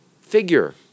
figure